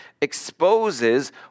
exposes